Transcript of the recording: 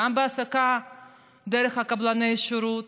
גם לעובדים בהעסקה דרך קבלני השירות.